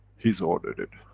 he's ordered it.